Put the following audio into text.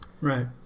Right